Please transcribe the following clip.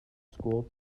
school